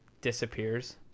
disappears